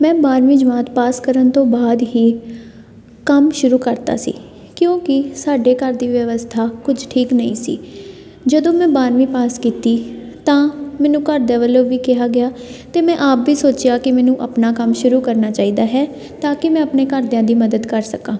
ਮੈਂ ਬਾਰਵੀਂ ਜਮਾਤ ਪਾਸ ਕਰਨ ਤੋਂ ਬਾਅਦ ਹੀ ਕੰਮ ਸ਼ੁਰੂ ਕਰਤਾ ਸੀ ਕਿਉਂਕਿ ਸਾਡੇ ਘਰ ਦੀ ਵਿਵਸਥਾ ਕੁਝ ਠੀਕ ਨਹੀਂ ਸੀ ਜਦੋਂ ਮੈਂ ਬਾਰਵੀਂ ਪਾਸ ਕੀਤੀ ਤਾਂ ਮੈਨੂੰ ਘਰਦਿਆਂ ਵੱਲੋਂ ਵੀ ਕਿਹਾ ਗਿਆ ਅਤੇ ਮੈਂ ਆਪ ਵੀ ਸੋਚਿਆ ਕਿ ਮੈਨੂੰ ਆਪਣਾ ਕੰਮ ਸ਼ੁਰੂ ਕਰਨਾ ਚਾਹੀਦਾ ਹੈ ਤਾਂ ਕਿ ਮੈਂ ਆਪਣੇ ਘਰਦਿਆਂ ਦੀ ਮਦਦ ਕਰ ਸਕਾਂ